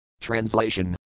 Translation